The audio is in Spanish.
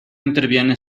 interviene